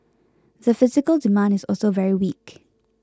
the physical demand is also very weak